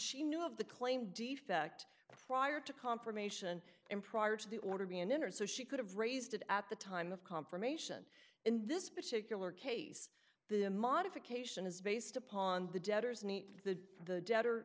she knew of the claim defect prior to confirmation and prior to the order be an inner so she could have raised it at the time of confirmation in this particular case the modification is based upon the debtors nique the debtor